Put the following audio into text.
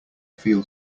feel